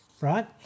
right